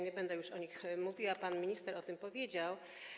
Nie będę już o nich mówiła, pan minister o tym powiedział.